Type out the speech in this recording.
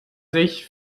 sich